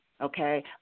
okay